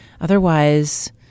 Otherwise